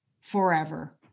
forever